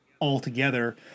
altogether